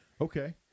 Okay